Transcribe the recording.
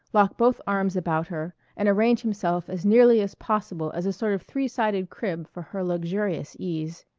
lock both arms about her, and arrange himself as nearly as possible as a sort of three-sided crib for her luxurious ease.